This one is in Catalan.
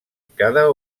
cada